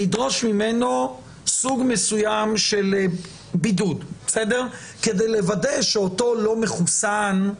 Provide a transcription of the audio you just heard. נדרוש ממנו סוג מסוים של בידוד כדי לוודא שאותו לא-מחוסן...